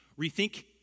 rethink